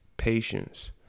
patience